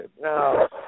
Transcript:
Now